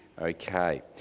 Okay